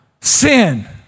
sin